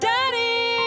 Daddy